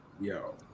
Yo